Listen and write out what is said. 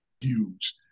huge